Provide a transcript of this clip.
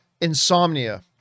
insomnia